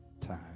time